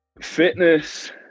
Fitness